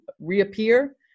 reappear